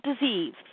disease